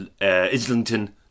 Islington